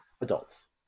adults